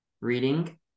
reading